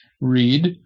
read